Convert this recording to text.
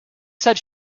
said